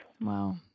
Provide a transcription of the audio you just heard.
Wow